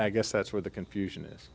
guess that's where the confusion